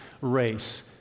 race